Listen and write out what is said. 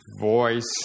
voice